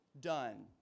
done